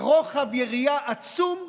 רוחב יריעה עצום,